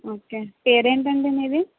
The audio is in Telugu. ఓకే పేరేంటి అండి మీది